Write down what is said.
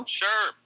sure